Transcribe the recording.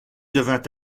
devint